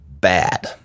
bad